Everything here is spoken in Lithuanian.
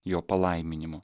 jo palaiminimo